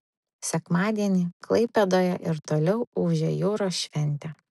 sekmadienį klaipėdoje ir toliau ūžė jūros šventė